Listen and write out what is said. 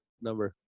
number